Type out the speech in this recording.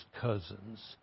cousins